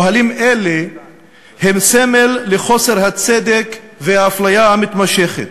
אוהלים אלה הם סמל לחוסר הצדק ולאפליה המתמשכת,